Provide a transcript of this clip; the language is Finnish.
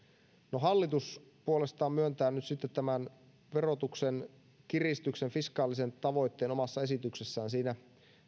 no hallitus puolestaan myöntää nyt sitten tämän verotuksen kiristyksen fiskaalisen tavoitteen omassa esityksessään siinä